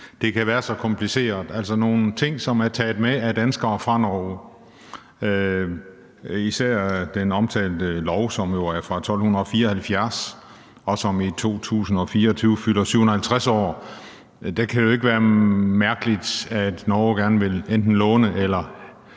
det kan være så kompliceret. Altså, det er nogle ting, som er taget med af danskere fra Norge, især den omtalte lov, som jo er fra 1274, og som i 2024 fylder 750 år, så det kan jo ikke være mærkeligt, at Norge gerne vil låne den